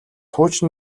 хуучин